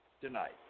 tonight